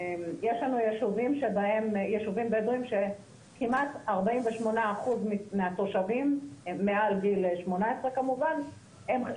יש לנו יישובים בדואיים שכמעט 48% מהתושבים מעל גיל 18 בעלי